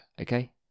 okay